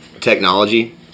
technology